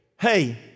Hey